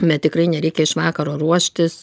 bet tikrai nereikia iš vakaro ruoštis